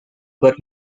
but